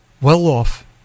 well-off